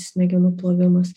smegenų plovimas